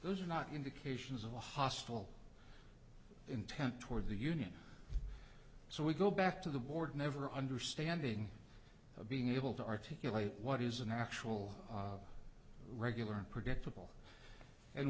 those are not indications of a hostile intent toward the union so we go back to the board never understanding of being able to articulate what is an actual regular and predictable and